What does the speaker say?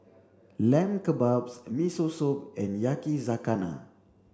Lamb Kebabs Miso Soup and Yakizakana